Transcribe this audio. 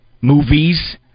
movies